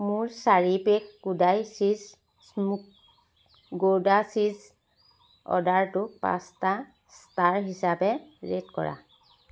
মোৰ চাৰি pack Kodai cheese smoked gouda cheese অৰ্ডাৰটোক পাঁচটা ষ্টাৰ হিচাপে ৰেট কৰা